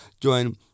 join